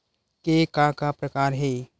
के का का प्रकार हे?